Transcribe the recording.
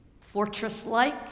fortress-like